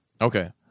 Okay